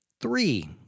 three